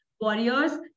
warriors